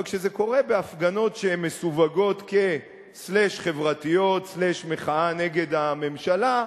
אבל כשזה קורה בהפגנות שהן מסווגות כ"חברתיות" / "מחאה נגד הממשלה",